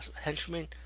henchmen